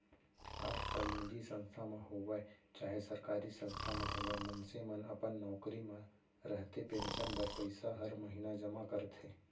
आजकाल निजी संस्था म होवय चाहे सरकारी संस्था म होवय मनसे मन अपन नौकरी म रहते पेंसन बर पइसा हर महिना जमा करथे